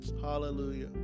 Hallelujah